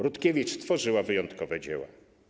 Rutkiewicz tworzyła wyjątkowe dzieła.